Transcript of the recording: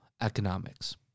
economics